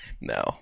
No